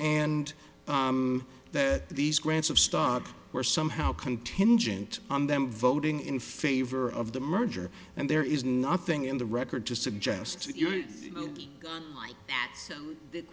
and that these grants of stock are somehow contingent on them voting in favor of the merger and there is nothing in the record to suggest that